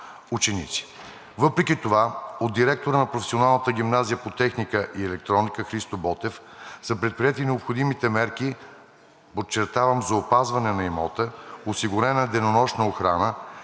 Въпреки това от директора на Професионална гимназия по техника и електроника „Христо Ботев“ са предприети необходимите мерки, подчертавам, за опазване на имота. Осигурена е денонощна охрана